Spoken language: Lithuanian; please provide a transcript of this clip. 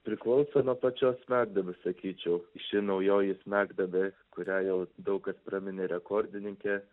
priklauso nuo pačios smegduobės sakyčiau ši naujoji smegduobė kurią jau daug kas praminė rekordininke